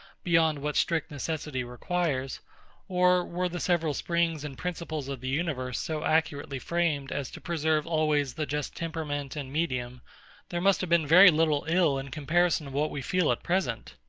beyond what strict necessity requires or were the several springs and principles of the universe so accurately framed as to preserve always the just temperament and medium there must have been very little ill in comparison of what we feel at present.